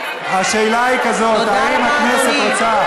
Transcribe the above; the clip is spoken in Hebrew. השאלה היא כזאת: האם הכנסת רוצה, תודה רבה.